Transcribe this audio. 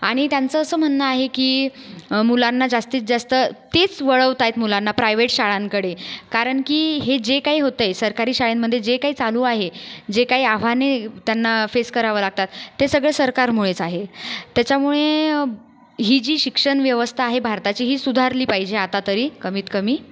आणि त्यांचं असं म्हणणं आहे की मुलांना जास्तीत जास्त तेच वळवतायत मुलांना प्रायव्हेट शाळांकडे कारण की हे जे काही होत आहे सरकारी शाळेंमध्ये जे काही चालू आहे जे काही आव्हाने त्यांना फेस करावे लागतात ते सगळं सरकारमुळेच आहे त्याच्यामुळे ही जी शिक्षणव्यवस्था आहे भारताची ही सुधारली पाहिजे आता तरी कमीत कमी